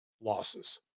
losses